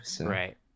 Right